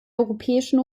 europäischen